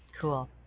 Cool